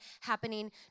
happening